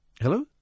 Hello